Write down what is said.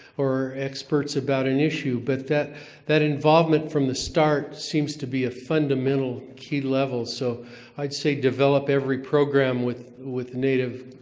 or experts about an issue. but that that involvement from the start seems to be a fundamental key level. so i'd say develop every program with with native